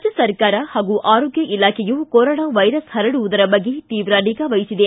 ರಾಜ್ಯ ಸರ್ಕಾರ ಹಾಗೂ ಆರೋಗ್ಯ ಇಲಾಖೆಯು ಕೋರೊನಾ ವೈರಸ್ ಹರಡುವುದರ ಬಗ್ಗೆ ತೀವ್ರ ನಿಗಾ ವಹಿಸಿದೆ